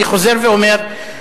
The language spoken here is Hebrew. אני חוזר ואומר,